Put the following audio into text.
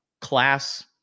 class